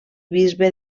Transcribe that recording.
bisbe